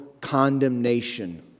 condemnation